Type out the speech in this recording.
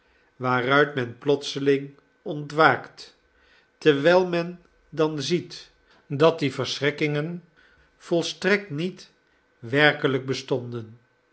waaruit men plotseling ontwaakt terwijl men dan ziet dat die verschrikkingen volstrekt niet werkelijk bestonden